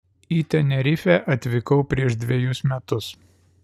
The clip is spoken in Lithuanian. į tenerifę atvykau prieš dvejus metus